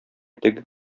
теге